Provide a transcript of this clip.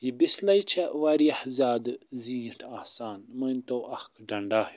یہِ بِسلاے چھِ وارِیاہ زیادٕ زیٖٹھۍ آسان مٲنۍ توٚو اَکھ ڈنٛڈا ہیٛو